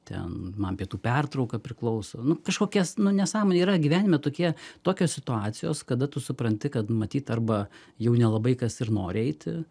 ten man pietų pertrauka priklauso nu kažkokias nu nesąmonė yra gyvenime tokie tokios situacijos kada tu supranti kad matyt arba jau nelabai kas ir nori eiti